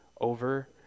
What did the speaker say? over